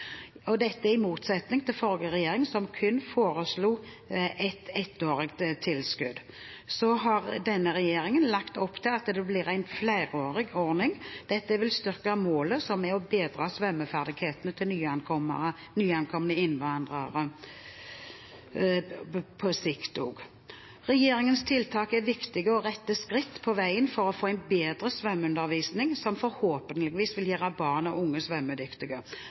Dette står i motsetning til den forrige regjeringen, som kun foreslo et ettårig tilskudd. Denne regjeringen har lagt opp til en flerårig ordning. Dette vil styrke målet, som er å bedre svømmeferdighetene til nyankomne innvandrere på sikt også. Regjeringens tiltak er viktige og rette skritt på veien for å få en bedre svømmeundervisning, som forhåpentligvis vil gjøre barn og unge svømmedyktige.